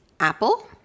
Apple